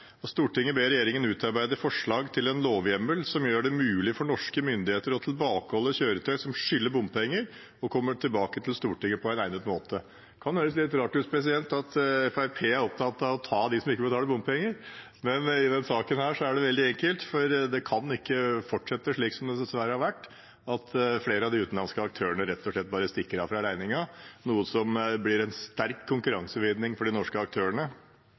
kan høres litt rart ut av Fremskrittspartiet er opptatt av å ta dem som ikke betaler bompenger, men i denne saken er det veldig enkelt. Det kan ikke fortsette slik som det dessverre har vært, at flere av de utenlandske aktørene rett og slett bare stikker av fra regningen, noe som fører til sterk konkurransevridning mot de norske aktørene,